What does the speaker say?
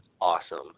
awesome